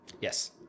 Yes